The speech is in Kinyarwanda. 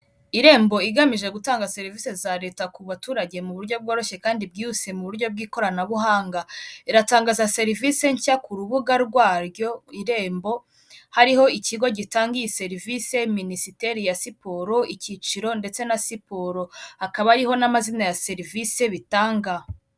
Irembo igamije gutanga serivisi za leta ku baturage mu buryo bworoshye kandi bwihuse mu buryo bw'ikoranabuhanga, iratanga serivisi nshya ku rubuga rwaryo irembo, hariho ikigo gitanga iyi serivisi minisiteri ya siporo, ikiciro ndetse na siporo hakaba hariho n'amazina ya serivisi bitanga.